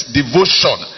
devotion